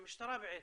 המשטרה בעצם,